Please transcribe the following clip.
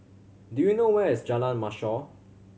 do you know where is Jalan Mashor